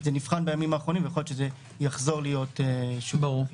זה נבחן בימים האחרונים ויכול להיות שזה יחזור להיות שוב באכיפה.